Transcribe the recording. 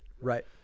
Right